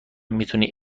میتونی